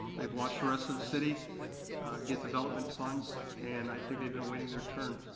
they've watched the rest of the city get development funds, and i think they've been waiting their turns.